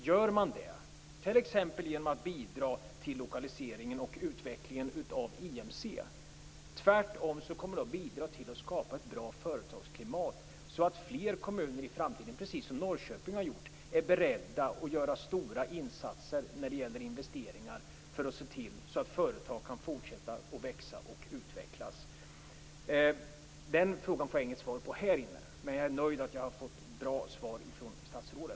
Gör man det, t.ex. genom att bidra till lokaliseringen och utvecklingen av IMC, kommer det tvärtom att bidra till ett bra företagsklimat så att fler kommuner i framtiden, precis som Norrköping har gjort, är beredda att göra stora insatser när det gäller investeringar för att se till att företag kan fortsätta att växa och utvecklas. Den frågan får jag inte något svar på här. Men jag är nöjd med att jag har fått ett bra svar från statsrådet.